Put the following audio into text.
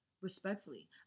respectfully